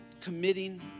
committing